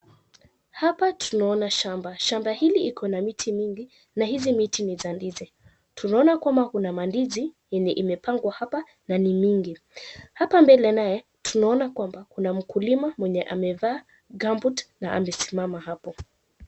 Hapa tunaona shamba, shamba hili iko na miti mingi na hizi miti ni za ndizi. Tunaona kwamba kuna mandizi yenye imepangwa hapa na ni mingi. Hapa mbele naye tunaona kwamba kuna mkulima ambaye amevaa gumboot na amesimama hapo.